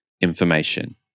information